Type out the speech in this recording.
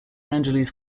angeles